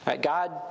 God